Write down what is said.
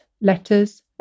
letters